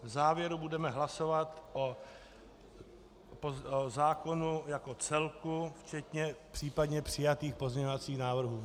V závěru budeme hlasovat o zákonu jako celku včetně případně přijatých pozměňovacích návrhů.